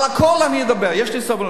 על הכול אני אדבר, יש לי סבלנות.